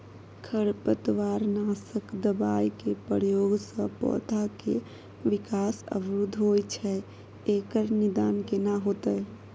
खरपतवार नासक दबाय के प्रयोग स पौधा के विकास अवरुध होय छैय एकर निदान केना होतय?